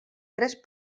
tres